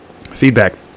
Feedback